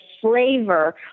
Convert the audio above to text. flavor